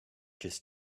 just